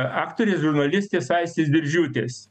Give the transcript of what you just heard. aktorės žurnalistės aistės diržiūtės